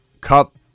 Cup